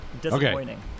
Disappointing